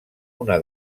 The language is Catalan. una